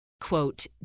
quote